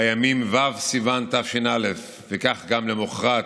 ביום ו' סיוון תש"א וכך גם למוחרת,